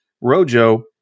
Rojo